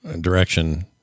direction